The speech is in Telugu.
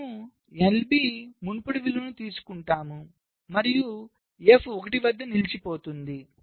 మనము LB మునుపటి విలువను తీసుకుంటాము మరియు F 1 వద్ద నిలిచిపోతుంది